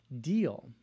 deal